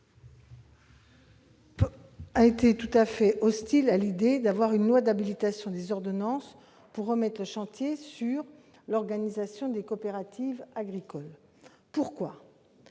est tout à fait hostile à l'idée de voter une loi d'habilitation à légiférer par ordonnances pour remettre en chantier l'organisation des coopératives agricoles. Pourquoi ?